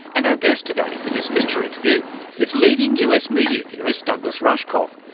and our guest today for this feature interview is leading us media theorist douglas rushkoff,